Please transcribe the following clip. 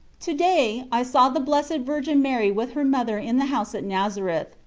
to day i saw the blessed virgin mary with her mother in the house at nazareth,